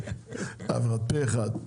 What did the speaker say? עבר, פה אחד.